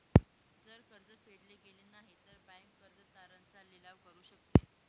जर कर्ज फेडल गेलं नाही, तर बँक कर्ज तारण चा लिलाव करू शकते